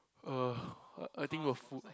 uh I I think will full